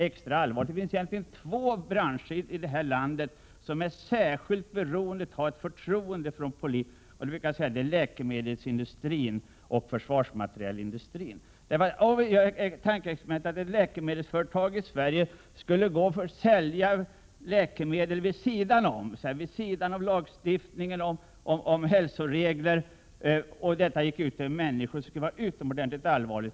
Det finns två branscher i det här landet som är särskilt beroende av att ha förtroende från politiker: det är läkemedelsindustrin och försvarsmaterielindustrin. Vi kan göra tankeexperimentet att ett läkemedelsföretag i Sverige skulle sälja läkemedel vid sidan om lagstiftningen om hälsoregler och denna försäljning ginge ut över människor. Det skulle vara utomordentligt allvarligt.